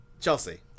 Chelsea